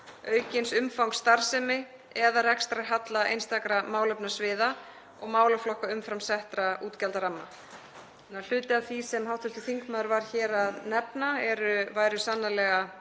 auknu umfangi starfsemi eða rekstrarhalla einstakra málefnasviða og málaflokka umfram setta útgjaldaramma. Hluti af því sem hv. þingmaður var hér að nefna væru sannarlega